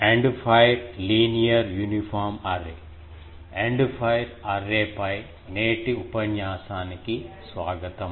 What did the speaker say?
end fire array పై నేటి ఉపన్యాసానికి స్వాగతం